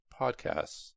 podcasts